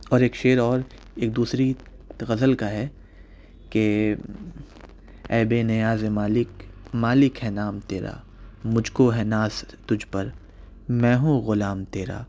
اور ایک شعر اور ایک دوسری غزل کا ہے کہ اے بے نیازِ مالک مالک ہے نام تیرا مجھ کو ہے ناز تجھ پر میں ہوں غلام تیرا